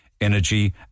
energy